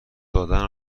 دادن